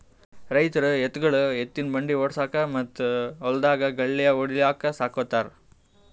ರೈತರ್ ಎತ್ತ್ಗೊಳು ಎತ್ತಿನ್ ಬಂಡಿ ಓಡ್ಸುಕಾ ಮತ್ತ್ ಹೊಲ್ದಾಗ್ ಗಳ್ಯಾ ಹೊಡ್ಲಿಕ್ ಸಾಕೋತಾರ್